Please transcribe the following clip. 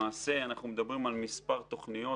למעשה, אנחנו מדברים על מספר תוכניות.